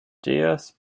días